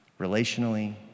Relationally